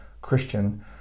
Christian